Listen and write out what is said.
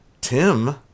Tim